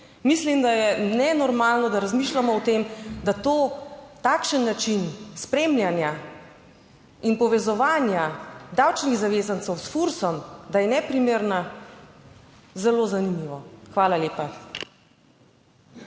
mislim da je nenormalno, da razmišljamo o tem, da to takšen način spremljanja in povezovanja davčnih zavezancev s Fursom da je neprimerna zelo zanimivo. Hvala lepa.